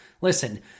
Listen